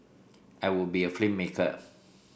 I would be a filmmaker